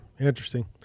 Interesting